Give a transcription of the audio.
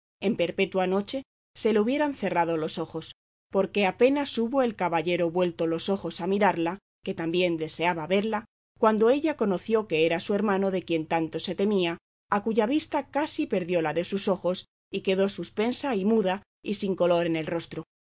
en perpetua noche se le hubieran cerrado los ojos porque apenas hubo el caballero vuelto los ojos a mirarla que también deseaba verla cuando ella conoció que era su hermano de quien tanto se temía a cuya vista casi perdió la de sus ojos y quedó suspensa y muda y sin color en el rostro